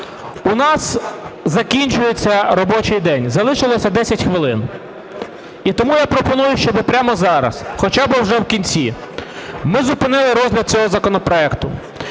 У нас закінчується робочий день, залишилося 10 хвилин. І тому я пропоную, щоби прямо зараз, хоча би вже в кінці, ми зупинили розгляд цього законопроекту.